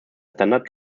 standard